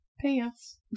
pants